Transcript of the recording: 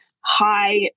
high